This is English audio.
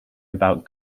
about